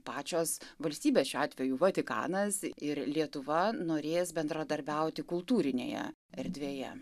pačios valstybės šiuo atveju vatikanas ir lietuva norės bendradarbiauti kultūrinėje erdvėje